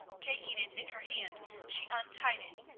taking it in her hand she untied it,